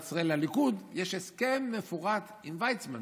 ישראל לליכוד יש הסכם מפורט עם ויצמן.